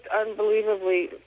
unbelievably